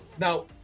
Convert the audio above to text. now